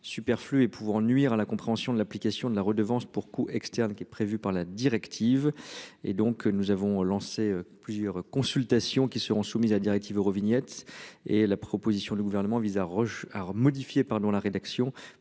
superflu et pouvant nuire à la compréhension de l'application de la redevance pour co-externes qui est prévu par la directive et donc nous avons lancé plusieurs consultations qui seront soumises à directive Eurovignette. Et la proposition du gouvernement vise à Roche a modifié